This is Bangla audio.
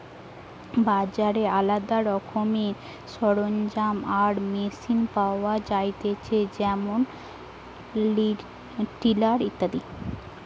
বাজারে আলদা রকমের সরঞ্জাম আর মেশিন পাওয়া যায়তিছে যেমন টিলার ইত্যাদি